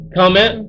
comment